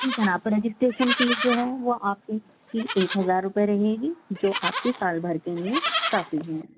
جی جناب تو registration fee جو ہے وہ آپ کی ٹھیک ایک ہزار روپیے رہے گی جو آپ کے سال بھر کے لئے کافی ہیں